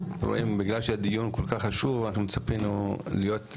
בגלל שהדיון כ"כ חשוב אנחנו ציפינו להיות,